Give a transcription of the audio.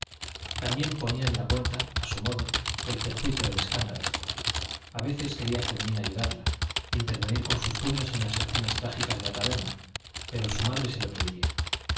también ponía en la cuenta a su modo el perjuicio del escándalo a veces quería fermín ayudarla intervenir con sus puños en las escenas trágicas de la taberna pero su madre se lo prohibía tú a